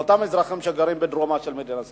לאותם אזרחים שגרים בדרומה של מדינת ישראל.